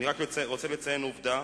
אני רק רוצה לציין עובדה,